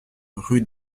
rue